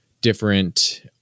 different